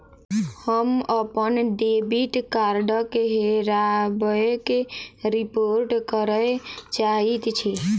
हम अप्पन डेबिट कार्डक हेराबयक रिपोर्ट करय चाहइत छि